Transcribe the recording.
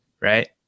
right